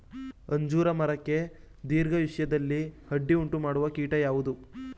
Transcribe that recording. ಅಂಜೂರ ಮರಕ್ಕೆ ದೀರ್ಘಾಯುಷ್ಯದಲ್ಲಿ ಅಡ್ಡಿ ಉಂಟು ಮಾಡುವ ಕೀಟ ಯಾವುದು?